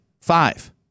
Five